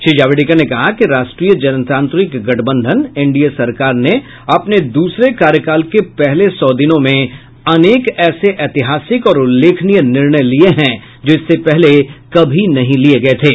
श्री जावड़ेकर ने कहा कि राष्ट्रीय जनतांत्रिक गठबंधन एनडीए सरकार ने अपने दूसरे कार्यकाल के पहले सौ दिनों में अनेक ऐसे ऐतिहासिक और उल्लेखनीय निर्णय लिये है जो इससे पहले कभी नहीं लिए गए थे